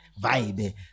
vibe